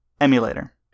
emulator